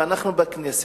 ואנחנו בכנסת.